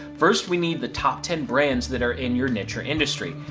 first, we need the top ten brands that are in your niche or industry.